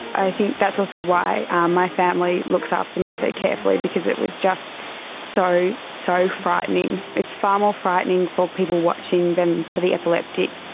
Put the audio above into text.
i think that's also why um my family looks after me so carefully because it was just so, so frightening. it's far more frightening for people watching than for the epileptic,